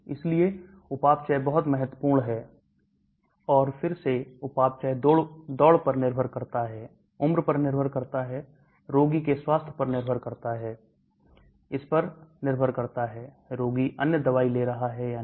इसलिए उपापचय बहुत महत्वपूर्ण है और फिर से उपापचय दौड़ पर निर्भर करता है उम्र पर निर्भर करता है रोगी के स्वास्थ्य पर निर्भर करता है इस पर निर्भर करता है कि रोगी अन्य दवाई ले रहा है या नहीं